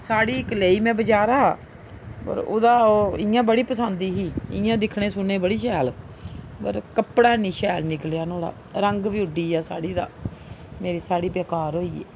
साह्ड़ी इक लेई में बजारा दा पर ओह्दा ओह् इ'यां बड़ी पसंद ही इ'यां दिक्खने सुनने ई बड़ी शैल पर कपड़ा है निं शैल निकलेआ नुहाड़ा रंग बी उड्डी गेआ साह्ड़ी दा मेरी साह्ड़ी बेकार होई गेई